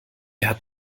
hat